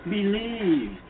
Believe